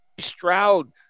stroud